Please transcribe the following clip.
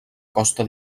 costa